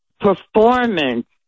performance